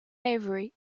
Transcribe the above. avery